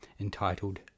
entitled